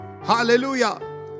Hallelujah